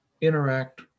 interact